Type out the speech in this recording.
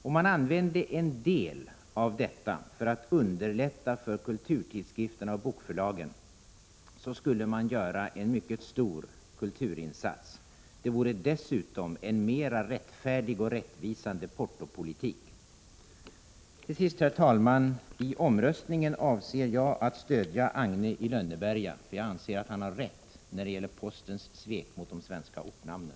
Om man använder en del av dessa pengar för att underlätta för kulturtidskrifterna och bokförlagen, så skulle man göra en mycket stor kulturinsats. Det vore dessutom en mera rättfärdig och rättvisande portopolitik. Till sist, herr talman! I omröstningen avser jag att stödja Agne Hansson i Lönneberga, för jag anser att han har rätt när det gäller postens svek mot de svenska ortnamnen.